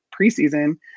preseason